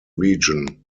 region